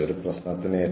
അത് വളരെ മനോഹരമാണ്